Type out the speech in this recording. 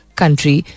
country